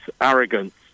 arrogance